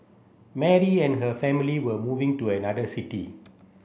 Mary and her family were moving to another city